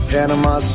Panama